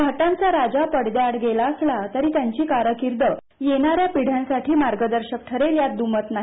घाटांचा राजा पडद्याआड गेला असला तरी त्यांची कारकीर्द येणा या पिढ्यांसाठी मार्गदर्शक ठरेल यात दुमत नाही